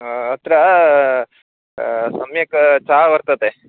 अत्र सम्यक् चायं वर्तते